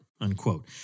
unquote